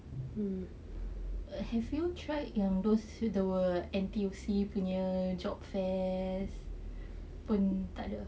have you tried yang those the N_T_U_C punya job fairs pun tak ada